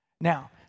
Now